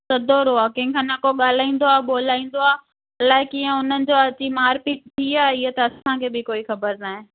सदोरो आहे कंहिंखां न को ॻाल्हाईंदो आहे ॿोलाईंदो आहे अलाए कीअं हुननि जो अची मारपीट थी आहे हीअ त असांखे बि कोई ख़बरु न आहे